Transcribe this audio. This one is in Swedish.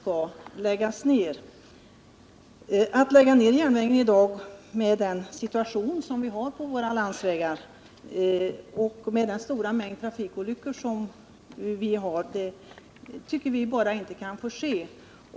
Vianseratt en nedläggning av järnvägen i dag inte får ske med tanke på den situation som vi har på våra vägar med den stora mängden trafikolyckor.